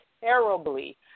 terribly